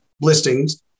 listings